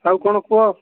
ଆଉ କ'ଣ କୁହ